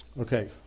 Okay